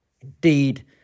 Indeed